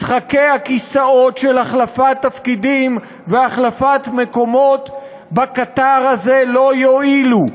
משחקי הכיסאות של החלפת תפקידים והחלפת מקומות בקטר הזה לא יועילו,